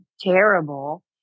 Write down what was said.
terrible